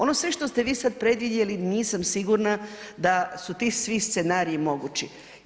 Ono sve što ste vi sad predvidjeli, nisam sigurna da su ti svi scenariji mogući.